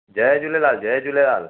जय झूलेलाल जय झूलेलाल